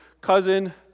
cousin